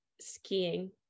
skiing